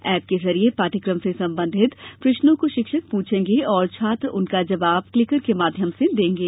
app के जरिए पाढ़यक़म से संबंधित प्रश्नों को शिक्षक पूछेंगे और छात्र उनका जवाब क्लीकर के माध्यम से देंगे